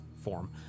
form